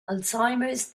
alzheimer’s